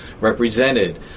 represented